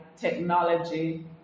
technology